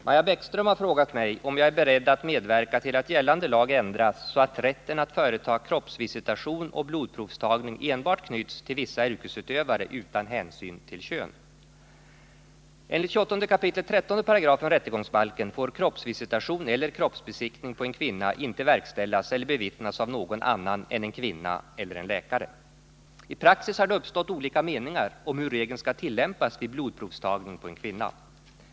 Herr talman! Maja Bäckström har frågat mig om jag är beredd att medverka till att gällande lag ändras så att rätten att företa kroppsvisitation och blodprovstagning enbart knyts till vissa yrkesutövare utan hänsyn till kön. Enligt 28 kap. 13 § rättegångsbalken får kroppsvisitation eller kroppsbesiktning av en kvinna inte verkställas eller bevittnas av någon annan än en kvinna eller en läkar>. I praxis har det uppstått olika meningar om hur regeln skall tillämpas vid blodprovstagning på en kvinna.